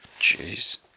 Jeez